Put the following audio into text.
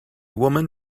woman